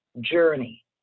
journey